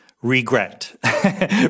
Regret